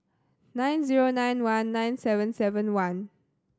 nine zero nine one nine seven seven one